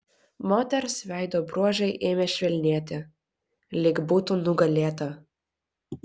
moters veido bruožai ėmė švelnėti lyg būtų nugalėta